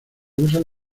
usan